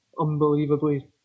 unbelievably